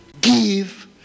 give